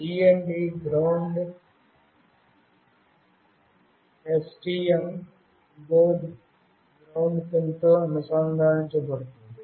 GND STM board ground పిన్తో అనుసంధానించబడుతుంది